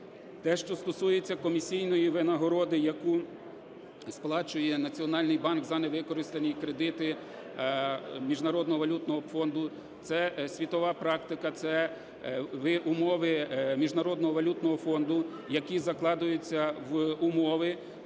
Те, що стосується комісійної винагороди, яку сплачує Національний банк за невикористані кредити Міжнародного валютного фонду, це світова практика, це умови Міжнародного валютного фонду, які закладаються в умови,